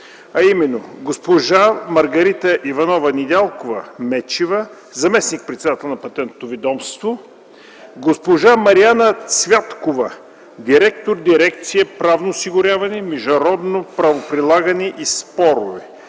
а именно: госпожа Маргарита Иванова Недялкова-Мечева – заместник-председател на Патентното ведомство; госпожа Марияна Цвяткова – директор на дирекция „Правно осигуряване, международно правоприлагане и спорове”;